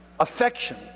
affection